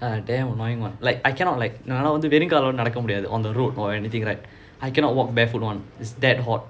ah damn annoying [one] like I cannot like என்னால வெறுமை காலைல நடக்க முடியாது:ennala verumai kaalaila nadaka mudiyaathu on the road or anything right I cannot walk barefoot [one] it's that hot